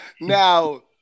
now